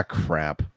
crap